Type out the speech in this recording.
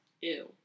Ew